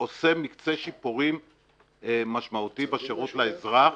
עושה מקצה שיפורים משמעותי בשירות לאזרח,